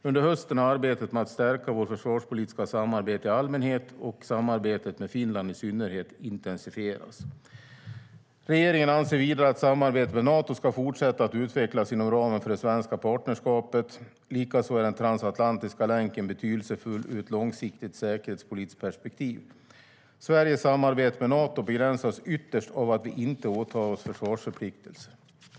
Under hösten har arbetet med att stärka våra försvarspolitiska samarbeten i allmänhet, och samarbetet med Finland i synnerhet, intensifierats.